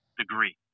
degree